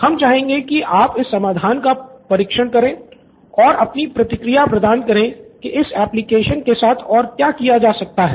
हम चाहेंगे कि आप इस समाधान का परीक्षण करें और अपनी प्रतिक्रिया प्रदान करें कि इस एप्लिकेशन के साथ और क्या किया जा सकता है